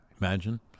Imagine